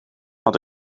had